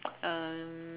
um